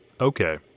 Okay